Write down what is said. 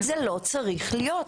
זה לא צריך להיות.